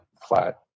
flat